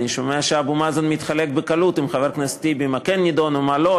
אני שומע שאבו מאזן חולק בקלות עם חבר הכנסת טיבי מה כן נדון ומה לא.